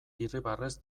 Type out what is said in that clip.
irribarrez